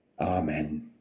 Amen